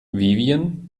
vivien